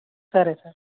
సరే సార్